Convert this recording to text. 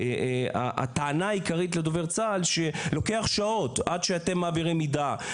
הטענה העיקרית לדובר צה"ל היא שלוקח שעות עד שמעבירים מידע.